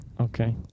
Okay